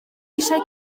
eisiau